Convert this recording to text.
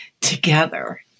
together